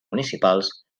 municipals